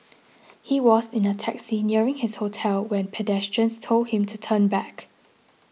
he was in a taxi nearing his hotel when pedestrians told him to turn back